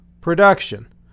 production